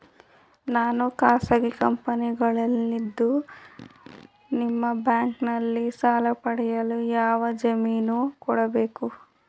ನಾನು ಖಾಸಗಿ ಕಂಪನಿಯಲ್ಲಿದ್ದು ನಿಮ್ಮ ಬ್ಯಾಂಕಿನಲ್ಲಿ ಸಾಲ ಪಡೆಯಲು ಯಾರ ಜಾಮೀನು ಕೊಡಬೇಕು?